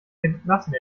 gelassen